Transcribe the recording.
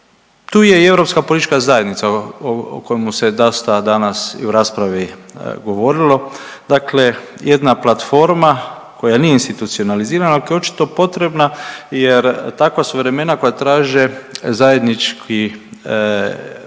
Tu je i europska politička zajednica o kojemu se dasta danas i u raspravi govorilo. Dakle jedna platforma koja nije institucionalizirana, ali koja je očito potrebna jer takva su vremena koja traže zajednički jedan